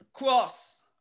cross